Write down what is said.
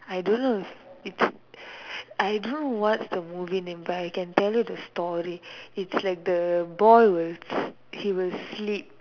I don't know it's I don't know what's the movie name but I can tell you the story it's like the boy will he will sleep